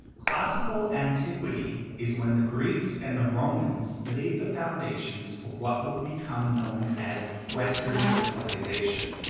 classical antiquity is when the greeks and the romans laid the foundations for what would become known as western civilization,